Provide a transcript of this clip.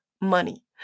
money